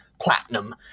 platinum